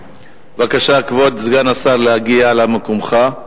בבקשה, כבוד סגן השר, להגיע למקומך.